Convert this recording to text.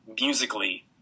musically